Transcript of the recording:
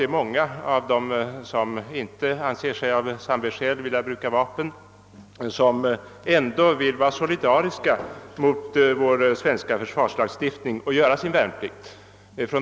Många av dem som av samvetsskäl inte vill bruka vapen önskar ändå vara solidariska med vår svenska försvarslagstiftning och fullgöra sin värnplikt.